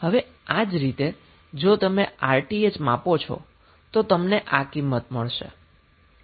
હવે આ જ રીતે જો તમે Rth માપો છો તો તમને આ કિંમત મળશે